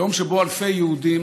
יום שבו אלפי יהודים